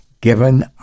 given